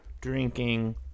drinking